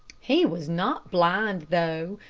he was not blind though,